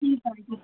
ठीकु आहे